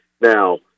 Now